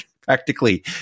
practically